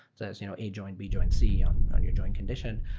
that's you know a join, b join, c on on your join condition.